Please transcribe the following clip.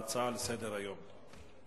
בסדר-היום.